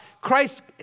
Christ